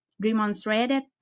demonstrated